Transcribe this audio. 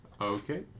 Okay